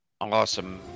awesome